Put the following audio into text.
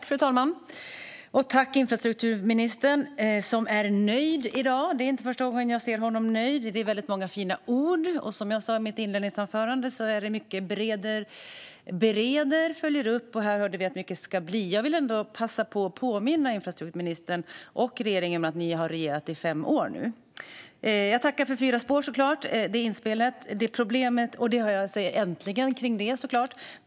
Fru talman! Jag tackar infrastrukturministern, som är nöjd i dag. Det är inte första gången jag ser honom nöjd. Det är många fina ord. Som jag sa i mitt anförande är det mycket "bereder" och "följer upp", och här hörde vi att mycket "ska bli". Jag vill passa på att påminna infrastrukturministern och regeringen om att ni regerat i fem år nu. Jag tackar för inspelet om fyra spår. Äntligen! säger jag såklart om det.